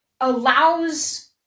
allows